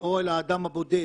או לאדם הבודד,